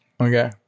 Okay